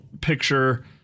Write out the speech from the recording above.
picture